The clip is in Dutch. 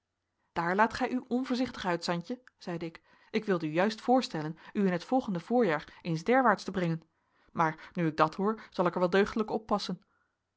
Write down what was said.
daar laat gij u onvoorzichtig uit santje zeide ik ik wilde u juist voorstellen u in het volgende voorjaar eens derwaarts te brengen maar nu ik dat hoor zal ik er wel deugdelijk